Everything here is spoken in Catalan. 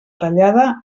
tallada